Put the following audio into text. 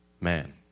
man